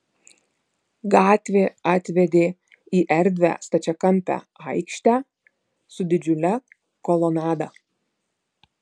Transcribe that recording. gatvė atvedė į erdvią stačiakampę aikštę su didžiule kolonada